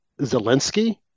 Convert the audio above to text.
Zelensky